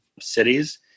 cities